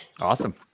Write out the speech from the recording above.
awesome